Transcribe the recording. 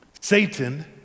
Satan